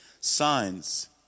signs